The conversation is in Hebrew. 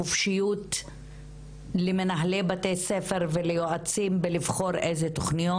חופשיות למנהלי בתי הספר ויועצים בלבחור אילו תוכניות.